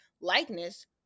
likeness